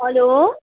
hello